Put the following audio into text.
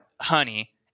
honey